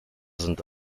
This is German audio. sind